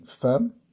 firm